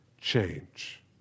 change